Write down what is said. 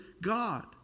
God